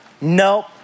nope